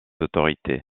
autorités